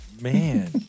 man